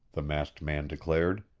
the masked man declared.